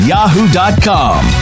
Yahoo.com